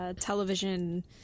Television